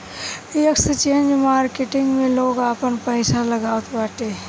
exchange market में लोग आपन पईसा लगावत बाटे